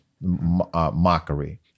mockery